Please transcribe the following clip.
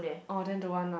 oh then don't want lah